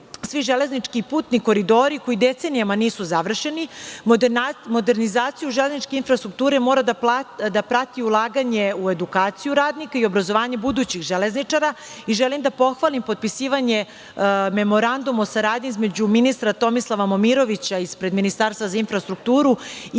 svi železnički putni koridori koji decenijama nisu završeni. Modernizaciju železničke infrastrukture mora da prati ulaganje u edukaciju radnika i obrazovanje budućih železničara. Želim da pohvalim potpisivanje Memoranduma o saradnji između ministra Tomislava Momirovića ispred Ministarstva za infrastrukturu i